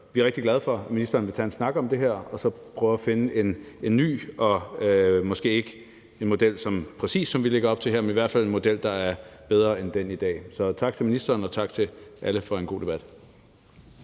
Vi er rigtig glade for, at ministeren vil tage en snak om det her og vil prøve at finde en ny model, som måske ikke præcis er den model, som vi lægger op til her, men i hvert fald er en model, der er bedre end den, vi har i dag. Så tak til ministeren, og tak til alle for en god debat.